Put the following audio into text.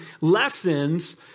lessons